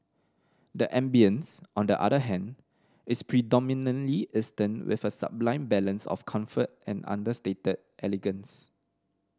the ambience on the other hand is predominantly Eastern with a sublime balance of comfort and understated elegance